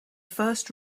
first